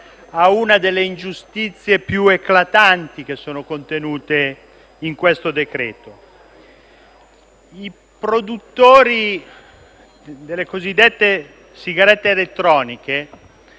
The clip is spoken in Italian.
a una delle ingiustizie più eclatanti che sono contenute nel decreto-legge in esame. I produttori delle cosiddette sigarette elettroniche